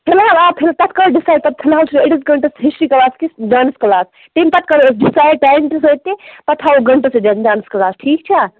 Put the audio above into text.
فِلحال چھُنہٕ تَتہِ کٕہنۍ ڈِسیٕڈ تَتہِ فلحال چھُ أڈِس گٲنٹس ہسٹری کٕلاس تہٕ ڈانس کٕلاس تمہِ پَتہٕ کَرو أسۍ ڈِسیٕڈ ٹایم بضٲتی پَتہٕ تھاوو أسۍ گَنٹس ڈانس کٕلاس ٹھیٖک چھا